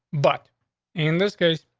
but in this case,